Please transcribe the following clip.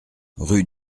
rue